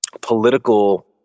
political